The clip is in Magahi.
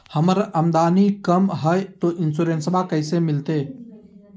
हमर आमदनी कम हय, तो इंसोरेंसबा कैसे मिलते?